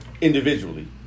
individually